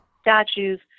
statues